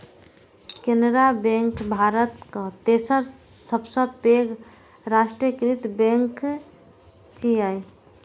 Canara bank भारतक तेसर सबसं पैघ राष्ट्रीयकृत बैंक छियै